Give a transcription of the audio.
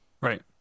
right